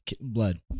blood